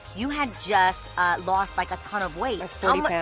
you had just lost like a ton of weight. and